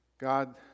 God